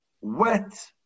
wet